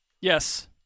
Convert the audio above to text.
Yes